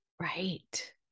Right